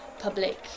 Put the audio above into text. public